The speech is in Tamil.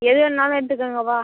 எது வேணாலும் எடுத்துக்கங்கப்பா